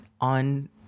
on